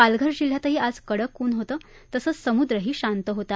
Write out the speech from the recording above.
पालघर जिल्ह्यातही आज कडक ऊन होत तसंच समुद्रही शांत होता